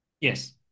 Yes